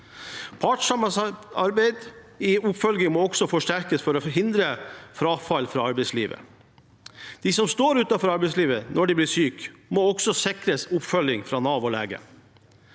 Partssamarbeidet i oppfølgingen må også forsterkes for å forhindre frafall fra arbeidslivet. De som står utenfor arbeidslivet når de blir syke, må også sikres oppfølging fra Nav og lege.